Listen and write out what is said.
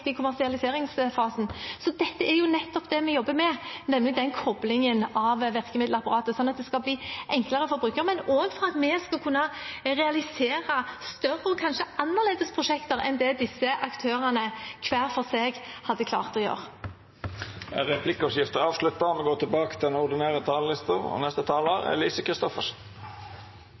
kommersialiseringsfasen. Så dette er jo nettopp det vi jobber med, nemlig koblingen av virkemiddelapparatet, slik at det skal bli enklere å bruke, men også for at vi skal kunne realisere større og kanskje annerledes prosjekter enn det disse aktørene hver for seg hadde klart å gjøre. Replikkordskiftet